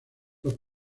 los